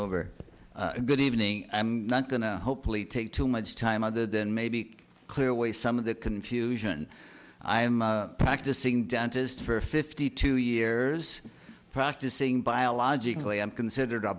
over a good evening i'm not going to hopefully take too much time other than maybe clear away some of the confusion i am practicing dentist for fifty two years practicing biologically i'm considered a